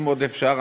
אם עוד אפשר,